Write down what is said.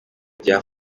bya